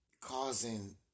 causing